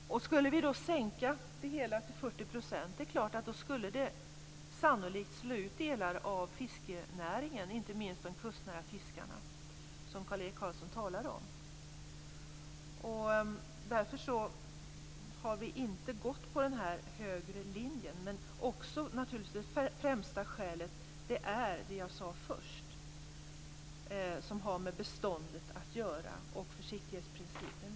Om vi skulle sänka det hela till 40 % är det klart att de sannolikt skulle slå ut delar av fiskenäringen, inte minst de kustnära fiskarna, som Kjell-Erik Karlsson talade om. Därför har vi inte gått på denna högre linje. Men det främsta skälet är naturligtvis det som jag sade först och som har med beståndet och försiktighetsprincipen att göra.